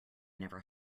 never